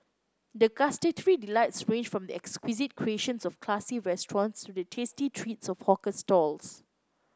the gustatory delights range from the exquisite creations of classy restaurants to the tasty treats of hawker stalls